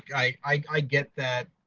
i i get that